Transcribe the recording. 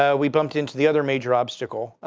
ah we bumped into the other major obstacle.